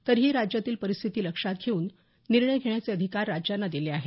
तरीही राज्यातील परिस्थिती लक्षात घेऊन निर्णय घेण्याचे अधिकार राज्यांना दिले आहेत